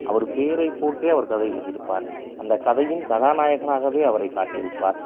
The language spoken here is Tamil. அவரு பேரை போட்டே அவர் கதை எழுதியிருப்பார் அந்த கதையின் கதாநாயகனாகவே அவரை காட்டியிருப்பார்